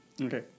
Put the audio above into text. Okay